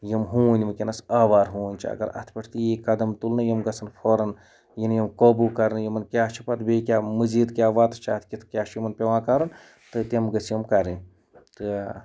یِم ہوٗنۍ وٕنۍکٮ۪نَس آوارٕ ہوٗںۍ چھِ اگر اَتھ پٮ۪ٹھ تہِ ییہِ قدم تُلنہٕ یِم گژھن فوراً یِنہٕ یِم قوبوٗ کرنہٕ یِمَن کیٛاہ چھِ پَتہٕ بیٚیہِ کیٛاہ مٔزیٖد کیٛاہ وَتہٕ چھِ اَتھ کِتھ کیٛاہ چھُ یِمَن پٮ۪وان کَرُن تہٕ تِم گٔژھۍ یِم کرٕنۍ تہٕ